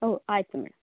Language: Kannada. ಓಹ್ ಆಯಿತು ಮೇಡಂ